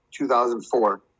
2004